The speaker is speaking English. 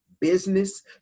business